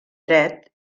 dret